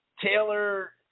taylor